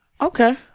Okay